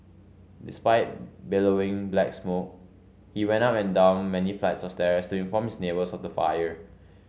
despite billowing black smoke he went up and down many flights of stairs to inform his neighbours of the fire